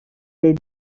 les